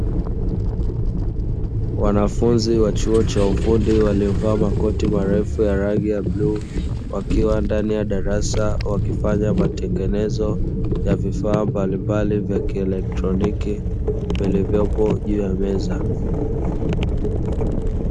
Wanafunzi wa chuo cha ufundi, waliovaa makoti marefu ya rangi ya bluu, wakiwa ndani ya darasa wakifanya matengenezo ya vifaa mbalimbali vya kielektroniki, vilivyopo juu ya meza.